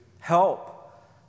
help